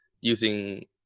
using